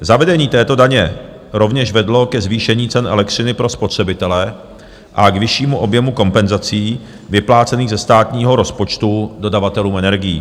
Zavedení této daně rovněž vedlo ke zvýšení cen elektřiny pro spotřebitele a k vyššímu objemu kompenzací vyplácených ze státního rozpočtu dodavatelům energií.